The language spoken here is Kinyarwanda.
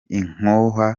inkoho